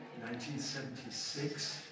1976